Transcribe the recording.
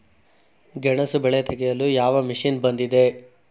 ಗೆಣಸು ಬೆಳೆ ತೆಗೆಯಲು ಯಾವ ಮಷೀನ್ ಬಂದಿದೆ?